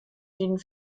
denen